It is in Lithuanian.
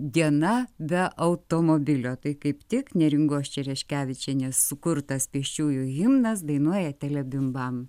diena be automobilio tai kaip tik neringos čereškevičienės sukurtas pėsčiųjų himnas dainuoja telebimbam